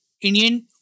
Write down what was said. Indian